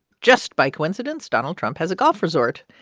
just by coincidence, donald trump has a golf resort.